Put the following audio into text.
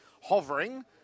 hovering